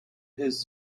his